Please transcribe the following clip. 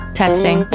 testing